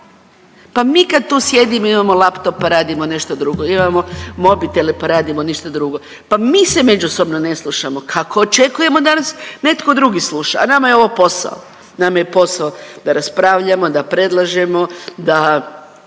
pa mi kad tu sjedimo imamo laptop pa radimo nešto drugo, imamo mobitele pa radimo nešto drugo, pa mi se međusobno ne slušamo kako očekujemo da nas netko drugi sluša, a nama je ovo posao. Nama je posao da raspravljamo, da predlažemo, da